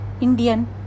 Indian